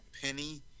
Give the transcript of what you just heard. penny